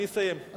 אני מסיים,